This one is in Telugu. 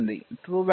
trueVal 0